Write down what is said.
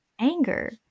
anger